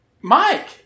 Mike